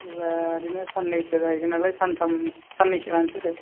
एरैनो साननैसो जाहैगोन नालाय सानथाम साननैसो लानसै दे